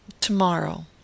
Tomorrow